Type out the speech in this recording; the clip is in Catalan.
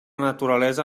naturalesa